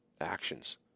actions